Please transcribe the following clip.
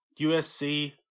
USC